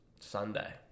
Sunday